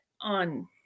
on